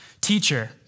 teacher